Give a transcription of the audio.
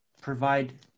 provide